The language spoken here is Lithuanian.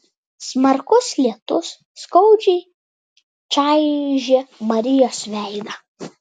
smarkus lietus skaudžiai čaižė marijos veidą